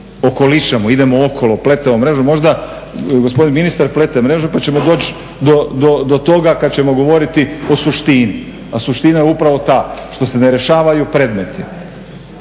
okolišamo, idemo okolo, pletemo mrežu. Možda gospodin ministar plete mrežu pa ćemo doći do toga kada ćemo govoriti o suštini. A suština je upravo ta što se ne rješavaju predmeti.